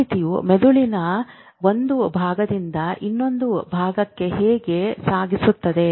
ಮಾಹಿತಿಯು ಮೆದುಳಿನ ಒಂದು ಭಾಗದಿಂದ ಇನ್ನೊಂದು ಭಾಗಕ್ಕೆ ಹೇಗೆ ಸಾಗಿಸುತ್ತದೆ